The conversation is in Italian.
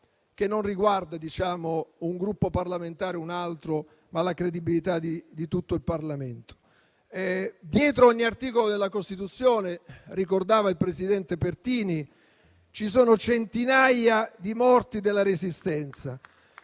che riguarda non un Gruppo parlamentare o un altro, ma la credibilità di tutto il Parlamento. Dietro ogni articolo della Costituzione - ricordava il presidente Pertini - ci sono centinaia di morti della Resistenza